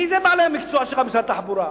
מי אלה בעלי המקצוע ממשרד התחבורה?